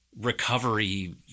recovery